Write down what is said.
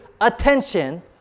attention